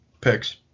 picks